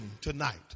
tonight